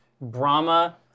Brahma